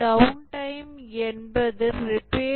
down time என்பது repair